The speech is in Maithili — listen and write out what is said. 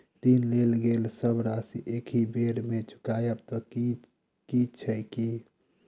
ऋण लेल गेल सब राशि एकहि बेर मे चुकाबऽ केँ छै की?